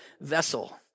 vessel